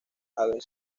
haber